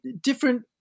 different